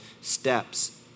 steps